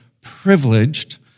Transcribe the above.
privileged